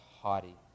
haughty